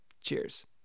Cheers